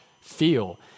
feel